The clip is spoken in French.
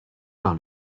par